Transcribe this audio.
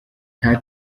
nta